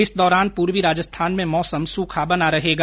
इस दौरान पूर्वी राजस्थान में मौसम सूखा बना रहेगा